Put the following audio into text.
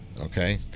Okay